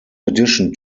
addition